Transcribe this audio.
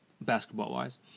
basketball-wise